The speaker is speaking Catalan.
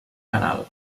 canal